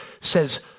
says